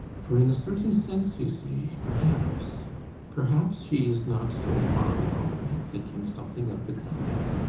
for, in a certain sense, you see, perhaps perhaps she is not so far wrong in thinking something of the kind.